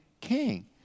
king